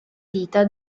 dita